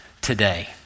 today